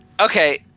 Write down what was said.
Okay